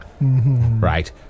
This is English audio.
Right